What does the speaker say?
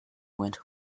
went